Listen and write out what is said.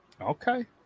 Okay